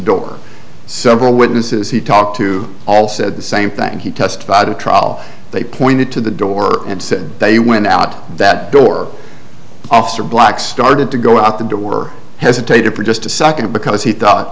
door several witnesses he talked to all said the same thing he testified at trial they pointed to the door and said they went out that door officer black started to go out the door hesitated for just a second because he thought